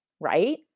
right